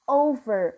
over